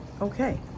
okay